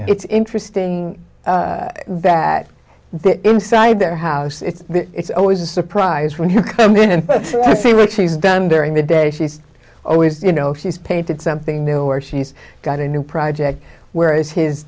it's interesting that inside their house it's always a surprise when you come in and say look she's done during the day she's always you know she's painted something new or she's got a new project whereas his